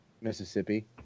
Mississippi